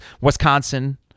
Wisconsin